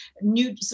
new